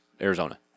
Arizona